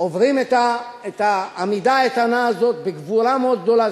עוברים את העמידה האיתנה הזאת בגבורה מאוד גדולה.